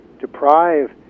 deprive